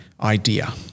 idea